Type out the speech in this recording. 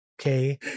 Okay